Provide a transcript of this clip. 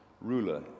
ruler